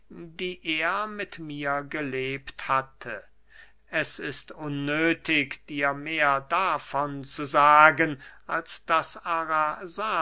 die er mit mir gelebt hatte es ist unnöthig dir mehr davon zu sagen als daß